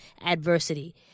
adversity